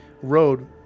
road